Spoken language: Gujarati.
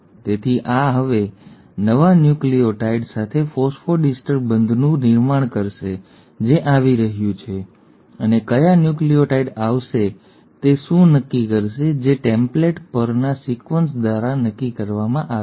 તેથી આ હવે નવા ન્યુક્લિઓટાઇડ સાથે ફોસ્ફોડિસ્ટર બંધનનું નિર્માણ કરશે જે આવી રહ્યું છે અને કયા ન્યુક્લિઓટાઇડ આવશે તે શું નક્કી કરશે જે ટેમ્પલેટ પરના સિક્વન્સ દ્વારા નક્કી કરવામાં આવે છે